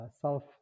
self